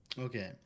Okay